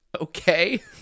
Okay